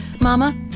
Mama